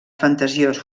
fantasiós